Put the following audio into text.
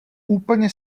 úplně